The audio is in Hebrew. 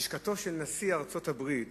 לשכתו של נשיא ארצות-הברית